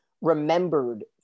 remembered